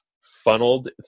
funneled